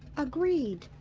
agreed.